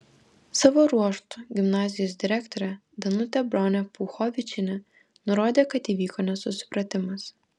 savo ruožtu gimnazijos direktorė danutė bronė puchovičienė nurodė kad įvyko nesusipratimas